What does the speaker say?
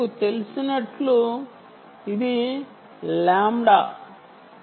మీకు తెలిసినట్లు ఇది లాంబ్డా λ